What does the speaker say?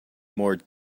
more